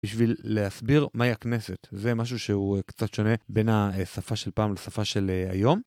בשביל להסביר מהי הכנסת, זה משהו שהוא קצת שונה בין השפה של פעם לשפה של היום.